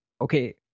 okay